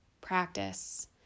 practice